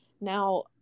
now